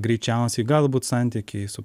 greičiausiai galbūt santykiai su